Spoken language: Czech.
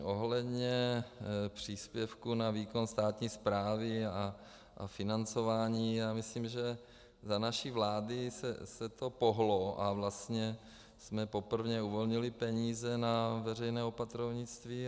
Ohledně příspěvku na výkon státní správy a financování, já myslím, že za naší vlády se to pohnulo, a vlastně jsme poprvé uvolnili peníze na veřejné opatrovnictví.